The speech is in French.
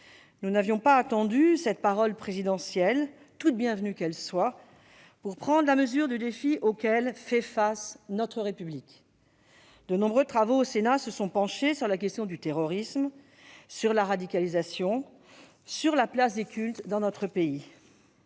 Nous n'avions pas attendu cette parole présidentielle, toute bienvenue qu'elle soit, pour prendre la mesure du défi auquel fait face notre République. Le Sénat s'est penché, au travers de nombreux travaux, sur la question du terrorisme, sur la radicalisation, sur la place des cultes dans notre pays.